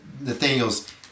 Nathaniel's